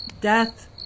death